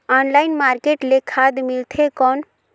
Online market ले खाद मिलथे कौन?